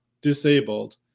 disabled